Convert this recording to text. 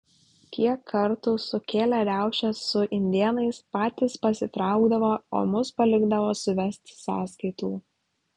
kiek kartų sukėlę riaušes su indėnais patys pasitraukdavo o mus palikdavo suvesti sąskaitų